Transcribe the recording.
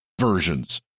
versions